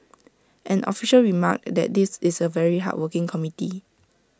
an official remarked that this was A very hardworking committee